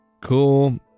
Cool